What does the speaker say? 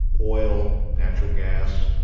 oil, natural gas,